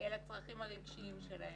לצרכים הרגשיים שלהם,